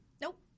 Nope